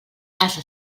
ase